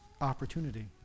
opportunity